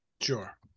Sure